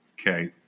Okay